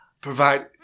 provide